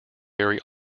very